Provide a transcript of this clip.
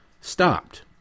stopped